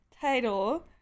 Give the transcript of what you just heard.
title